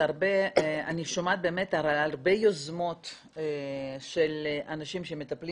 שאני שומעת באמת על הרבה יוזמות של אנשים שמטפלים